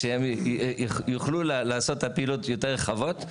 שהם יוכלו לעשות את הפעילויות יותר רחבות,